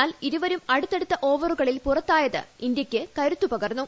എന്നാൽ ഇരുവരും അടുത്തടുത്ത ഓവറുകളിൽ പുറത്തായത് ഇന്ത്യയ്ക്ക് കരുത്തുപകർന്നു